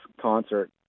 concert